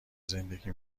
زندگی